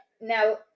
now